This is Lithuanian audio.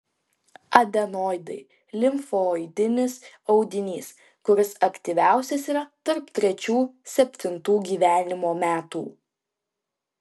adenoidai limfoidinis audinys kuris aktyviausias yra tarp trečių septintų gyvenimo metų